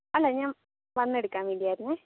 അല്ല ഞാൻ വന്ന് എടുക്കാൻ വേണ്ടിയായിരുന്നേ